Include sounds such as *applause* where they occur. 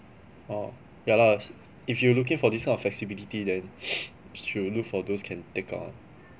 oh ya lah s~ if you looking for these kind of flexibility then *noise* should look for those can take out [one]